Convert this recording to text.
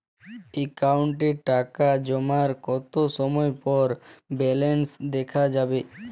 অ্যাকাউন্টে টাকা জমার কতো সময় পর ব্যালেন্স দেখা যাবে?